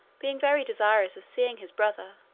being very desirous seeing his brother,